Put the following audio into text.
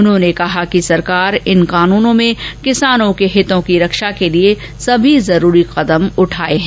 उन्होंने कहा कि सरकार ने इन कानूनों में किसानों के हितों की रक्षा के लिए सभी जरूरी कदम उठाए हैं